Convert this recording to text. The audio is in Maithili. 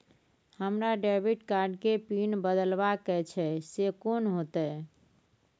हमरा डेबिट कार्ड के पिन बदलवा के छै से कोन होतै?